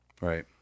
Right